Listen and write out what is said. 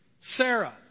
Sarah